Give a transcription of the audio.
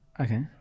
Okay